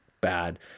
bad